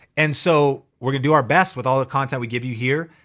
and so we're gonna do our best with all the content we give you here.